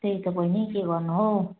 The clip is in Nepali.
त्यही त बहिनी के गर्नु हौ